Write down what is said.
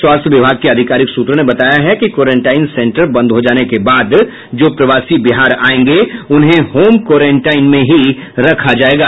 स्वास्थ्य विभाग के आधिकारिक सूत्रों ने बताया है कि क्वारंटाइन सेंटर बंद हो जाने के बाद जो प्रवासी बिहार आयेंगे उन्हें होम क्वारंटाइन में ही रखा जायेगा